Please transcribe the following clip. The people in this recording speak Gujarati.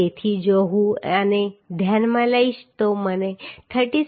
તેથી જો હું આને ધ્યાનમાં લઈશ તો મને 37